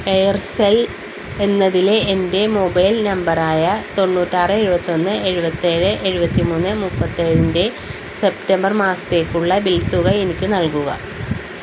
Aircel എന്നതിലെ എൻ്റെ mobile നമ്പറായ തൊണ്ണൂറ്റിയാറ് എഴുപത്തിയൊന്ന് എഴുപത്തിയേഴ് എഴുപത്തിമൂന്ന് മുപ്പത്തിയേഴിൻ്റെ സെപ്റ്റംബർ മാസത്തേക്കുള്ള ബിൽ തുക എനിക്കു നൽകുക